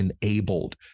enabled